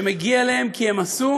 שמגיע להם כי הם עשו,